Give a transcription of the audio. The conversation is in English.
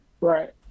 Right